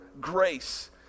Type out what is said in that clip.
grace